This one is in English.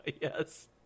yes